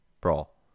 Brawl